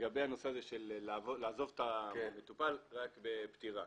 לגבי הנושא של לעזוב את המטופל רק בפטירה.